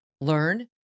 learn